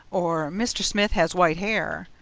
or mr. smith has white hair.